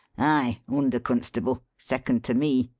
aye under constable second to me.